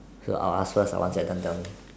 so I'll ask first once their done tell me